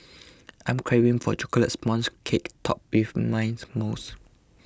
I am craving for a Chocolate Sponge Cake Topped with Mint Mousse